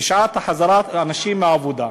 בשעת חזרת אנשים מהעבודה.